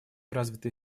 развитые